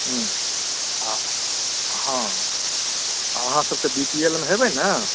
हुँ आओर हँ अहाँ सभ तऽ बीपीएलमे हेबै ने